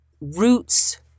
roots